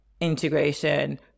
integration